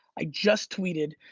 i just tweeted.